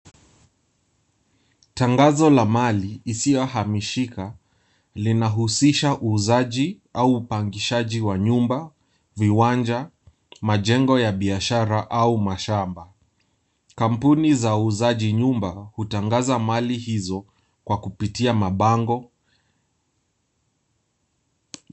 Tangazo la mali isiyohamishika, linahusisha uuzaji au upangishaji wa nyumba, viwanja, majengo ya biashara au mashamba. Kampuni za uuzaji nyumba hutangaza mali hizo kwa kupitia mabango.